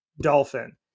dolphin